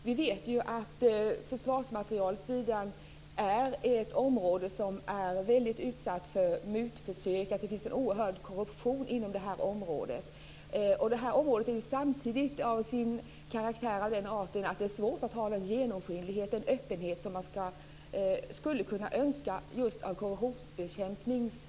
Vi vet ju att försvarsmaterielsidan är ett område som är väldigt utsatt för mutförsök. Det finns en oerhörd korruption inom det här området. Detta område är samtidigt till sin karaktär av den arten att det är svårt att ha den genomskinlighet, den öppenhet som man skulle kunna önska just med tanke korruptionsbekämpningen.